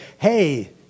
hey